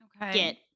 get